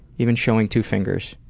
even showing two fingers.